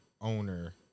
owner